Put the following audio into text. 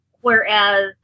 whereas